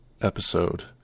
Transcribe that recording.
episode